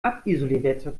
abisolierwerkzeug